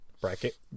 Bracket